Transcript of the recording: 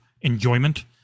enjoyment